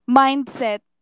mindset